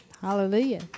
hallelujah